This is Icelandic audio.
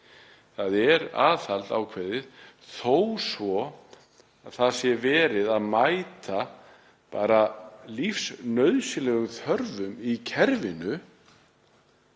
Það er ákveðið aðhald þó svo að það sé verið að mæta bara lífsnauðsynlegu þörfum í kerfinu,